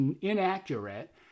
inaccurate